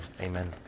Amen